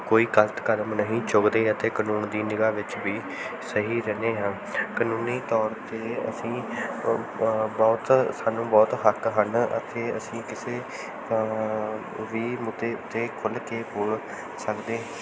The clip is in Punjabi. ਕੋਈ ਗਲਤ ਕਦਮ ਨਹੀਂ ਚੁੱਕਦੇ ਅਤੇ ਕਾਨੂੰਨ ਦੀ ਨਿਗ੍ਹਾ ਵਿੱਚ ਵੀ ਸਹੀ ਰਹਿੰਦੇ ਹਾਂ ਕਾਨੂੰਨੀ ਤੌਰ 'ਤੇ ਅਸੀਂ ਬਹੁਤ ਸਾਨੂੰ ਬਹੁਤ ਹੱਕ ਹਨ ਅਤੇ ਅਸੀਂ ਕਿਸੇ ਵੀ ਮੁੱਦੇ ਉਤੇ ਖੁੱਲ੍ਹ ਕੇ ਬੋਲ ਸਕਦੇ